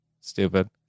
Stupid